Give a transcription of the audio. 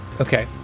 Okay